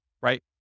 right